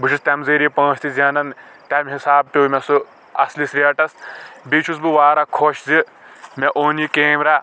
تہٕ بہٕ چھُس تَمہِ ذٔریعہِ پونٛسہٕ تہِ زینان تَمہِ حِسابہٕ پیوٚو مےٚ سُہ اصلس ریٹس بیٚیہِ چھُس بہٕ واریاہ خۄش زِ مےٚ اوٚن یہِ کیمرا